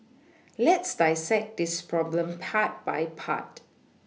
let's dissect this problem part by part